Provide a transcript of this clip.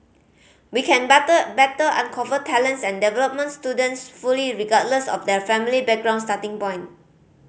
we can batter better uncover talents and development students fully regardless of their family background starting point